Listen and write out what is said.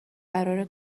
قرار